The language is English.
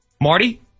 Marty